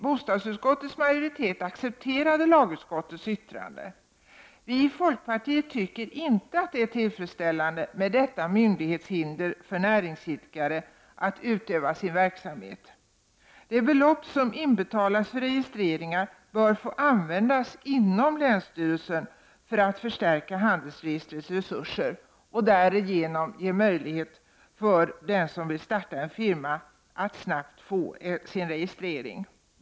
Bostadsutskottets majoritet accepterade lagutskottets yttrande. Vi i folkpartiet tycker inte att det är tillfredsställande med ett sådant myndighetshinder för näringsidkare att utöva sin verksamhet. De belopp som inbetalas för registreringar bör få användas inom länsstyrelsen för att förstärka handelsregistrets resurser och därmed ge möjlighet för den som vill starta en firma att snabbt få sin registrering.